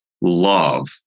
love